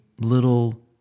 little